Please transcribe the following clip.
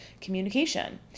communication